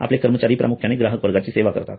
आपले कर्मचारी प्रामुख्याने ग्राहकांची सेवा करतील